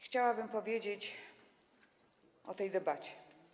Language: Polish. Chciałabym powiedzieć o tej debacie.